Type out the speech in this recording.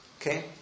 Okay